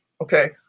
okay